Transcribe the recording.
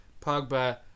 Pogba